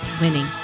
winning